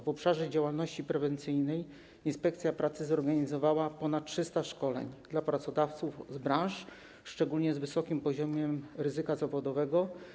W obszarze działalności prewencyjnej inspekcja pracy zorganizowała ponad 300 szkoleń dla pracodawców z branż ze szczególnie wysokim poziomem ryzyka zawodowego.